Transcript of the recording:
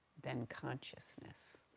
than consciousness.